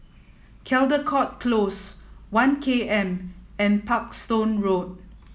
Caldecott Close One K M and Parkstone Road